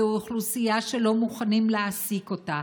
זו אוכלוסייה שלא מוכנים להעסיק אותה,